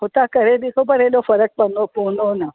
हुतां करे ॾिसो पर एॾो फ़र्कु पवंदो पवंदव न